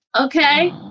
Okay